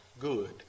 Good